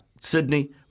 Sydney